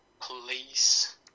police